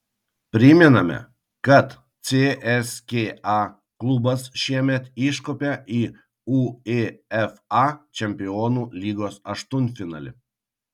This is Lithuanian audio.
primename kad cska klubas šiemet iškopė į uefa čempionų lygos aštuntfinalį